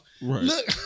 look